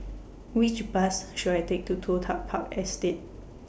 Which Bus should I Take to Toh Tuck Park Estate